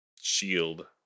shield